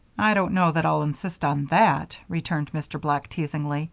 i don't know that i'll insist on that, returned mr. black, teasingly,